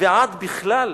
ועד בכלל".